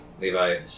Levi